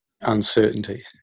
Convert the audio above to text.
uncertainty